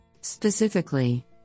Specifically